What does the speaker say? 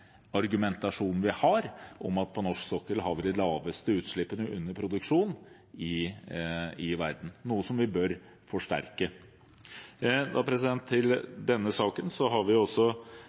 argumentasjonen vi har om at på norsk sokkel har vi de laveste utslippene under produksjon i verden – noe som vi bør forsterke. I Johan Sverdrup-saken har vi vist at skal man få til